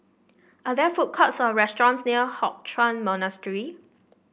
are there food courts or restaurants near Hock Chuan Monastery